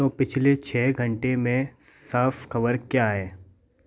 तो पिछले छः घंटे में साफ खबर क्या है